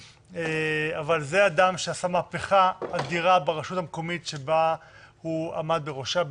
- אבל זה אדם שעשה מהפכה אדירה ברשות המקומית שהוא עמד בראשה,